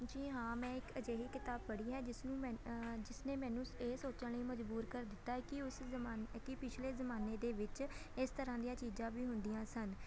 ਜੀ ਹਾਂ ਮੈਂ ਇੱਕ ਅਜਿਹੀ ਕਿਤਾਬ ਪੜ੍ਹੀ ਹੈ ਜਿਸ ਨੂੰ ਮੈ ਜਿਸ ਨੇ ਮੈਨੂੰ ਇਹ ਸੋਚਣ ਲਈ ਮਜਬੂਰ ਕਰ ਦਿੱਤਾ ਹੈ ਕਿ ਉਸ ਜ਼ਮਾਨ ਕਿ ਪਿਛਲੇ ਜ਼ਮਾਨੇ ਦੇ ਵਿੱਚ ਇਸ ਤਰ੍ਹਾਂ ਦੀਆਂ ਚੀਜ਼ਾਂ ਵੀ ਹੁੰਦੀਆਂ ਸਨ